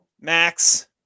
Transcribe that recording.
Max